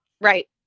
Right